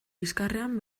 bizkarrean